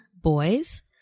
boys